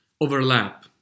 overlap